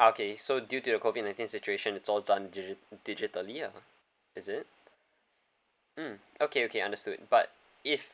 okay so due to the COVID nineteen situation it's all done digi~ digitally ah is it mm okay okay understood but if